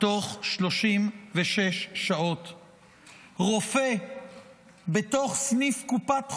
נכנסת חבורת חמושים ורוצחת רופא בתוך סניף קופת חולים.